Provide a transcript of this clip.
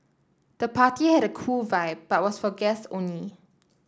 the party had a cool vibe but was for guests only